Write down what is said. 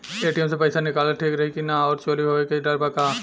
ATM से पईसा निकालल ठीक रही की ना और चोरी होये के डर बा का?